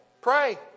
Pray